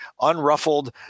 unruffled